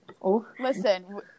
Listen